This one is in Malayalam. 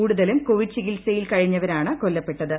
കൂടുതലും കോവിഡ് ചികിത്സയിൽ കഴിഞ്ഞവരാണ് കൊല്ലപ്പെട്ടത്